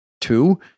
Two